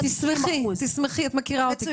מקווה שהפעם זה יהיה אחרת.